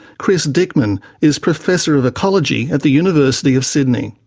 chris dickman is professor of ecology at the university of sydney.